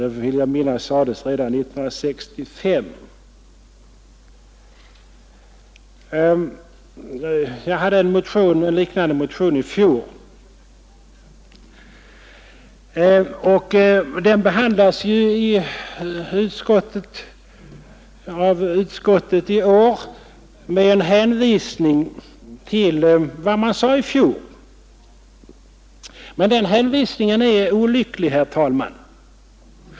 Jag vill minnas att det sades redan 1965 Beträffande den konfessionella kristendomsundervisningen hade jag en liknande motion i fjol. Utskottet hänvisar i år till vad man skrev förra året. Men den hänvisningen är olycklig.